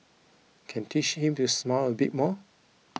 can teach him to smile a bit more